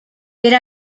per